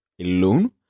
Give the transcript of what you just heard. alone